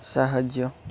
ସାହାଯ୍ୟ